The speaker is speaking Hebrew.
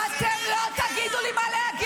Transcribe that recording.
לאפשר לה להסית נגד --- אתם לא תגידו לי מה להגיד.